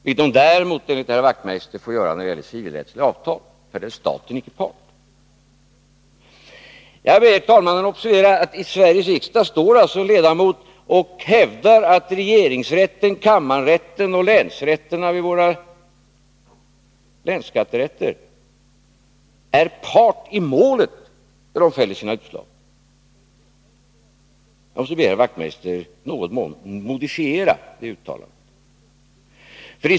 Däremot får de enligt herr Wachtmeister göra tolkningar när det gäller civilrättsliga avtal, eftersom staten där inte är part. Jag ber talmannen observera att en ledamot i Sveriges riksdag hävdar att regeringsrätten, kammarrätten och länsskatterätterna är parter i målen när de fäller sina utslag. Jag måste be herr Wachtmeister något modifiera det uttalandet.